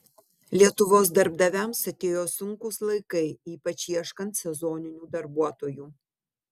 lietuvos darbdaviams atėjo sunkūs laikai ypač ieškant sezoninių darbuotojų